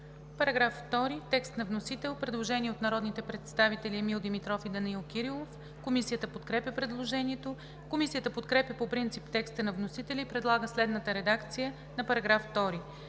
Параграф 2 – текст на вносител. Предложение от народните представители Емил Димитров и Данаил Кирилов. Комисията подкрепя предложението. Комисията подкрепя по принцип текста на вносителя и предлага следната редакция на § 2: „§ 2.